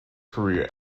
career